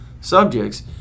subjects